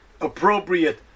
appropriate